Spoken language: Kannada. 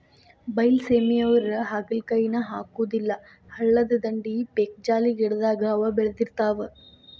ಬೈಲಸೇಮಿಯವ್ರು ಹಾಗಲಕಾಯಿಯನ್ನಾ ಹಾಕುದಿಲ್ಲಾ ಹಳ್ಳದ ದಂಡಿ, ಪೇಕ್ಜಾಲಿ ಗಿಡದಾಗ ಅವ ಬೇಳದಿರ್ತಾವ